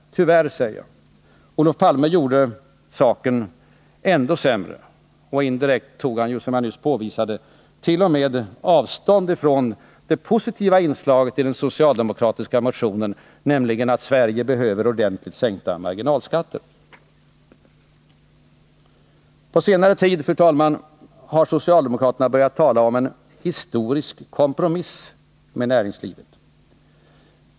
Olof Palme gjorde saken ännu sämre. Indirekt tog han ju, som jag nyss påvisade, t.o.m. avstånd ifrån det positiva inslaget i den socialdemokratiska motionen, nämligen detta att Sverige behöver en ordentlig sänkning av marginalskatterna. Fru talman! På senare tid har socialdemokraterna börjat tala om en ”historisk kompromiss” med näringslivet.